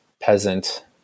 peasant